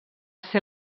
ser